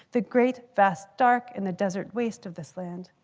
the great vast dark in the desert waste of this land.